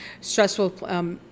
stressful